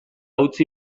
utzi